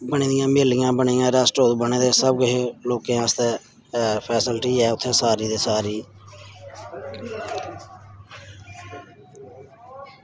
बनी दियां हवेलियां बनी दियां रेस्टोरेंट बने दे सब किश ऐ लोकें आस्तै ऐ फेस्लिटी ऐ उत्थै सारी दी सारी